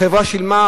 החברה שילמה,